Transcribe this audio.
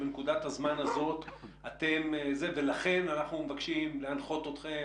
שבנקודת הזמן הזאת יש סיכון ולכן אתם מנחים אותם,